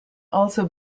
also